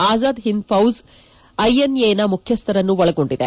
Azad Hind Fauj INA ನ ಮುಖ್ವಸ್ಥರನ್ನೂ ಒಳಗೊಂಡಿದೆ